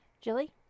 Jilly